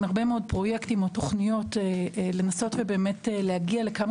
הרבה מאוד פרויקטים או תוכניות לנסות להגיע לכמה